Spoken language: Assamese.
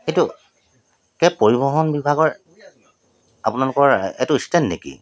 এটো পৰিবহণ বিভাগৰ আপোনালোকৰ এইটো ষ্টেণ্ড নেকি